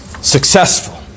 successful